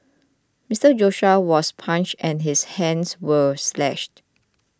Mister Joshua was punched and his hands were slashed